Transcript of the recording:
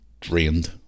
drained